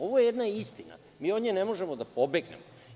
Ovo je jedna istina i mi od nje ne možemo da pobegnemo.